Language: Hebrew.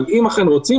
אבל אם אכן רוצים,